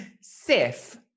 Sif